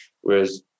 whereas